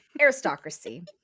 Aristocracy